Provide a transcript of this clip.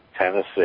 Tennessee